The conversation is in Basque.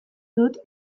dut